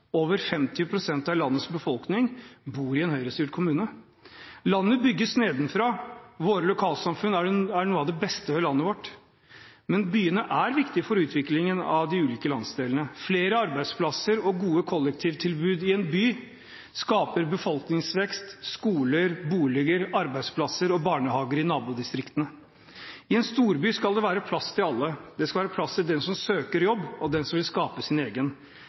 Over 50 pst. av landets befolkning bor i en høyrestyrt kommune. Landet bygges nedenfra. Våre lokalsamfunn er noe av det beste ved landet vårt, men byene er viktige for utviklingen av de ulike landsdelene. Flere arbeidsplasser og gode kollektivtilbud i en by skaper befolkningsvekst, skoler, boliger, arbeidsplasser og barnehager i nabodistriktene. I en storby skal det være plass til alle. Det skal være plass til den som søker jobb, og til den som vil skape sin egen.